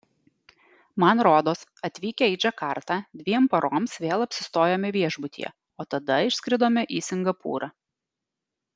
man rodos atvykę į džakartą dviem paroms vėl apsistojome viešbutyje o tada išskridome į singapūrą